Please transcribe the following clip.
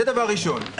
זה דבר ראשון.